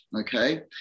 okay